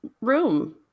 room